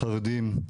חרדים,